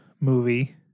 movie